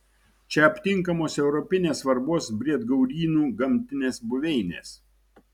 čia aptinkamos europinės svarbos briedgaurynų gamtinės buveinės